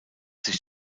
sich